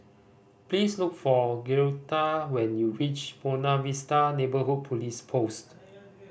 please look for Girtha when you reach Buona Vista Neighbourhood Police Post